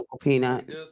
Peanut